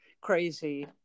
crazy